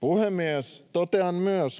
Puhemies! Totean